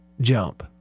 jump